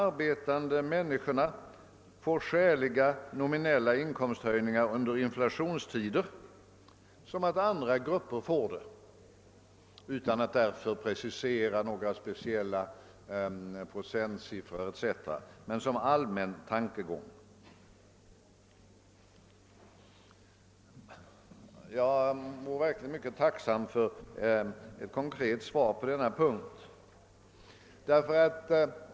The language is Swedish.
arbetande människorna får skäliga nominella inkomsthöjningar under inflationstider som att andra grupper får det? Jag vore verkligen mycket tacksam för ett konkret svar på denna fråga.